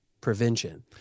prevention